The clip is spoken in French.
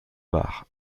bar